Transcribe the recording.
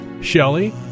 Shelley